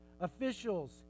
Officials